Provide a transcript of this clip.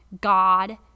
God